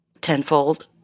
tenfold